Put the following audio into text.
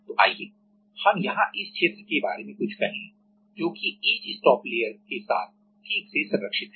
तो आइए हम यहां इस क्षेत्र के बारे में कुछ कहें जो कि ईच स्टॉप लेयर के साथ ठीक से संरक्षित हैं